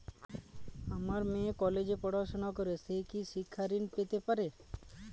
আমার মেয়ে কলেজে পড়াশোনা করে সে কি শিক্ষা ঋণ পেতে পারে?